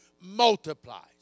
multiplies